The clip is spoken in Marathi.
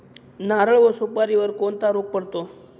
नारळ व सुपारीवर कोणता रोग पडतो?